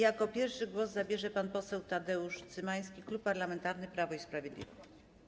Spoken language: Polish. Jako pierwszy głos zabierze pan poseł Tadeusz Cymański, Klub Parlamentarny Prawo i Sprawiedliwość.